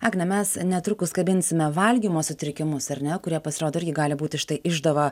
agne mes netrukus kabinsime valgymo sutrikimus ar ne kurie pasirodo irgi gali būti štai išdava